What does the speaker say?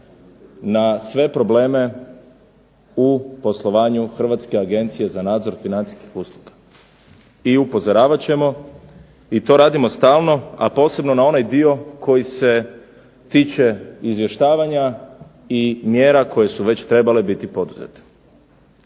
na sve probleme u poslovanju HANFA-e. I upozoravat ćemo, i to radimo stalno, a posebno na onaj dio koji se tiče izvještavanja i mjera koje su već trebale biti poduzete.